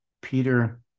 Peter